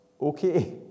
okay